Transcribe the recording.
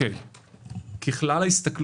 ככלל,